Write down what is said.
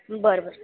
बरं बरं